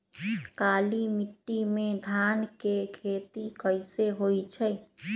काली माटी में धान के खेती कईसे होइ छइ?